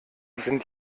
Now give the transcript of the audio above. sind